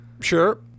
Sure